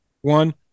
one